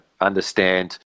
understand